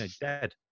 dead